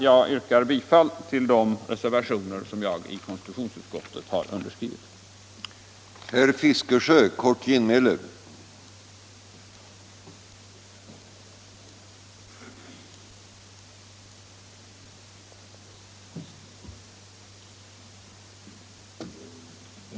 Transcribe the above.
Jag yrkar bifall till de reservationer till konstitutionsutskottets betänkande där mitt namn återfinns.